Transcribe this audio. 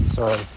Sorry